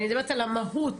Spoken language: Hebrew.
אני מדברת על המהות.